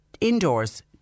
indoors